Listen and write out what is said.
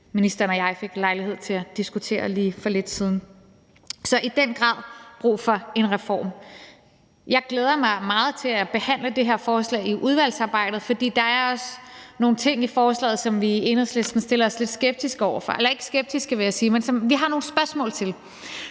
ministeren og jeg fik lejlighed til at diskutere lige for lidt siden. Så der er i den grad brug for en reform. Jeg glæder mig meget til at behandle det her forslag i udvalgsarbejdet, for der er også nogle ting i forslaget, som vi i Enhedslisten har nogle spørgsmål til, og det er netop det her med at gøre det til